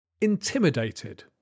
Intimidated